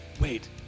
wait